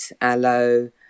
aloe